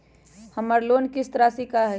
हमर लोन किस्त राशि का हई?